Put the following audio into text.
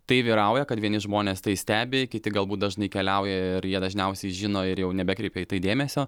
tai vyrauja kad vieni žmonės tai stebi kiti galbūt dažnai keliauja ir jie dažniausiai žino ir jau nebekreipia į tai dėmesio